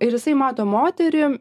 ir jisai mato moterį